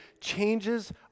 changes